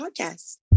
podcast